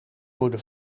worden